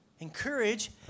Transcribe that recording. Encourage